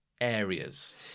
areas